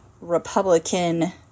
Republican